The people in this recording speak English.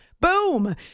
Boom